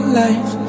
life